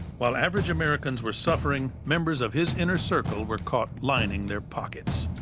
while average americans were suffering, members of his inner circle were caught lining their pockets.